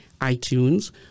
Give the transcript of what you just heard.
iTunes